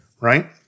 Right